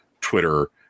Twitter